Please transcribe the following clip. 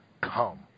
Come